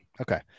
Okay